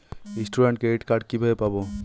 Student credit card কিভাবে পাব?